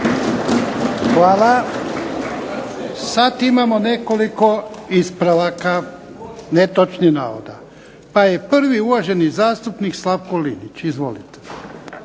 lijepo. Sad imamo nekoliko ispravaka netočnih navoda, pa je prvi uvaženi zastupnik Slavko Linić. Izvolite.